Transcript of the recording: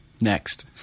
Next